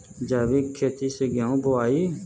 जैविक खेती से गेहूँ बोवाई